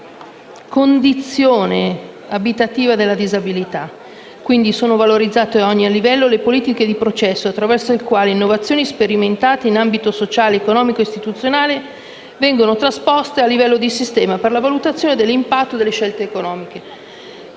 di una parte dell'emendamento: «Sono valorizzate, ad ogni livello, le politiche di processo attraverso il quale innovazioni sperimentate in ambito sociale, economico o istituzionale vengono trasposte a livello di sistema per la valutazione dell'impatto delle scelte economiche».